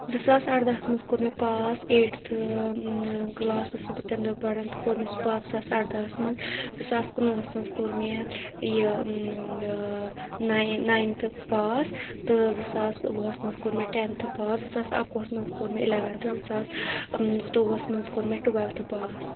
زٕ ساس اَردَہَس منٛز کوٚر مےٚ پاس ایٹتھٕ کلاس ٲسٕس بہٕ تمہِ دۄہ پَران تہٕ کوٚر مےٚ سُہ پاس زٕ ساس اَرداہَس منٛز زٕ ساس کُنوُہَس منٛز کوٚر مےٚ یہِ ناینتھٕ پاس تہٕ زٕ ساس وُہَس منٛز کوٚر مےٚ ٹؠنتھٕ پاس زٕ ساس اَکوُہَس منٛز کوٚر مےٚ اِلؠوَنتھٕ زٕ ساس زٕتووُہَس منٛز کوٚر مےٚ ٹُویلتھٕ پاس